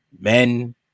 men